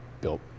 built